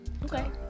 Okay